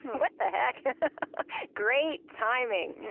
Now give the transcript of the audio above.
what the heck? great timing